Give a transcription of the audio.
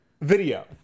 video